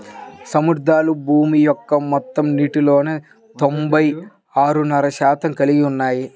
సముద్రాలు భూమి యొక్క మొత్తం నీటిలో తొంభై ఆరున్నర శాతం కలిగి ఉన్నాయి